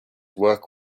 work